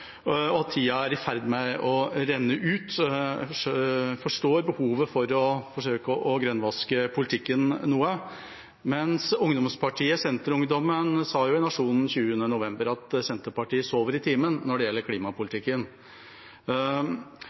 og at tida er i ferd med å renne ut. Jeg forstår behovet for å forsøke å grønnvaske politikken noe, men ungdomspartiet, Senterungdommen, sa jo i Nationen 20. november at Senterpartiet «sover i timen» når det gjelder klimapolitikken.